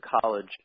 College